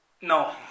No